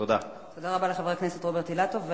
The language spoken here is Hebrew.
תודה רבה לחבר הכנסת רוברט אילטוב.